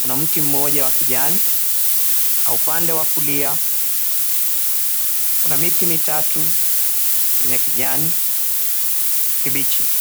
kuna mti mmoja wa kijani 𝑛𝑎 upande wa kulia kuna miti mitatu yenye kijani kibichi.